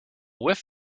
whiff